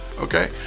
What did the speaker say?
Okay